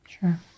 Sure